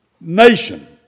nation